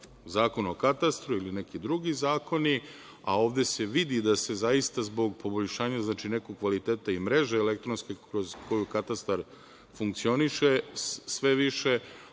Zakon o katastru ili neki drugi zakoni, a ovde se vidi da se zaista zbog poboljšanja nekog kvaliteta i mreže elektronske kroz koju katastar funkcioniše, sve više